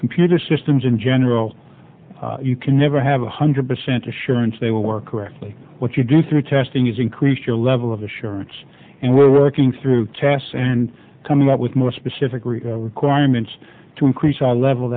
computer systems in general you can never have one hundred percent assurance they will work correctly what you do through testing is increased your level of assurance and we're working through tests and coming up with more specific requirements to increase our level